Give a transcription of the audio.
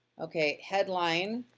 okay, headline,